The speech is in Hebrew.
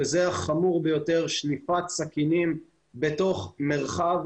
וזה החמור ביותר שליפת סכינים בתוך מרחב